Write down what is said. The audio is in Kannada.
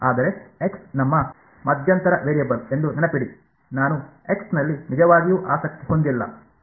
ಆದರೆ ಆಕ್ಸ್ ನಮ್ಮ ಮಧ್ಯಂತರ ವೇರಿಯಬಲ್ ಎಂದು ನೆನಪಿಡಿ ನಾನು ಆಕ್ಸ್ ನಲ್ಲಿ ನಿಜವಾಗಿಯೂ ಆಸಕ್ತಿ ಹೊಂದಿಲ್ಲ